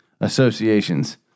associations